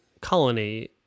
colony